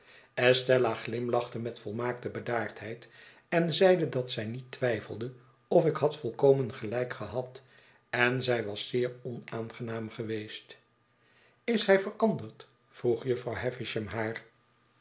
met volmaakte bedaardheid en zeide dat zij niet twyfelde of ik had volkomen gelijk gehad en zij was zeer onaangenaam geweest is hij veranderd vroeg